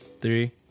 three